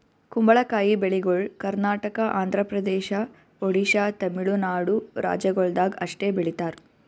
ಕುಂಬಳಕಾಯಿ ಬೆಳಿಗೊಳ್ ಕರ್ನಾಟಕ, ಆಂಧ್ರ ಪ್ರದೇಶ, ಒಡಿಶಾ, ತಮಿಳುನಾಡು ರಾಜ್ಯಗೊಳ್ದಾಗ್ ಅಷ್ಟೆ ಬೆಳೀತಾರ್